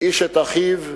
איש את אחיו בלעו.